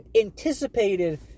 anticipated